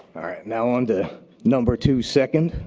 now on to number two second.